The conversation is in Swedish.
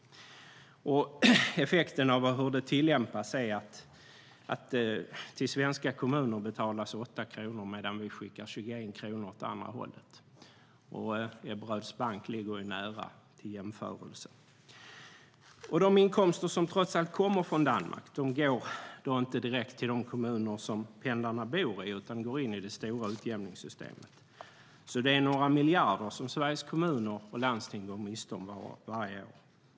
Effekten av tillämpningen är att det till svenska kommuner betalas 8 kronor medan vi skickar 21 kronor åt det andra hållet. Ebberöds bank ligger nära till i jämförelse. De inkomster som trots allt kommer från Danmark går inte direkt till de kommuner som pendlarna bor i, utan de går in i det stora utjämningssystemet. Det är några miljarder som Sveriges kommuner och landsting går miste om varje år.